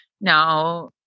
now